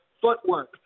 Footwork